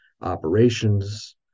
operations